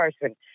person